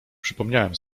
przypomniałem